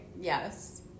Yes